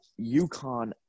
UConn